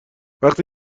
وقتی